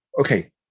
Okay